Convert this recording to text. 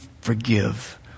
forgive